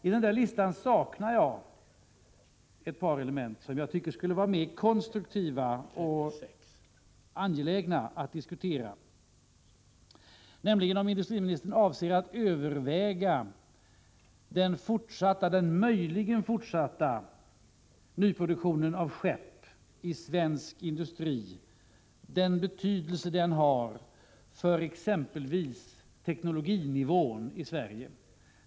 I listan saknar jag ett par element, som jag tycker att det skulle vara mer konstruktivt och angeläget att diskutera. Ett sådant är om industriministern avser att ta hänsyn till den betydelse den möjligen fortsatta nyproduktionen av skepp i svensk industri har för exempelvis den teknologiska nivån i Sverige.